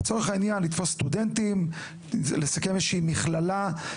וצריך לקחת בחשבון שנכון שזו אותה מצבת כוח אדם,